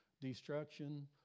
destruction